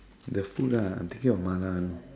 the food ah I'm thinking of mala you know